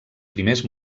primers